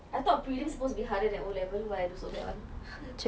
I thought prelims supposed to be harder than O levels why I do so bad one